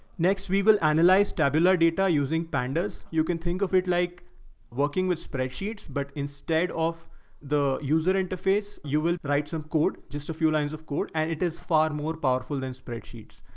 next, we will analyze tabular data using pandas. you can think of it like working with spreadsheets, but instead of the user interface, you will write some code, just a few lines of code, and it is far more powerful than spreadsheets.